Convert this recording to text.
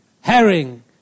Herring